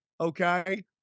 okay